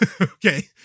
okay